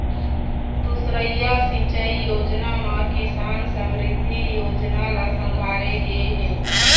दुसरइया सिंचई योजना म किसान समरिद्धि योजना ल संघारे गे हे